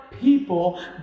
people